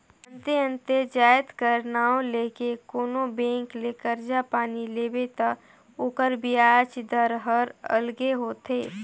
अन्ते अन्ते जाएत कर नांव ले के कोनो बेंक ले करजा पानी लेबे ता ओकर बियाज दर हर अलगे होथे